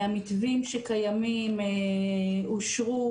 המתווים שקיימים אושרו,